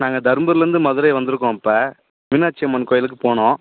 நாங்கள் தர்மபுரிலேருந்து மதுரை வந்திருக்கோம் இப்போ மீனாட்சி அம்மன் கோயிலுக்குப் போகணும்